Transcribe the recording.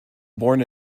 born